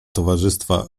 towarzystwa